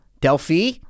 delphi